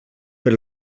per